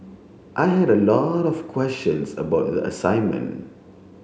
I had a lot of questions about the assignment